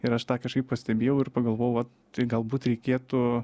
ir aš tą kažkaip pastebėjau ir pagalvojau vat tai galbūt reikėtų